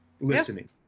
Listening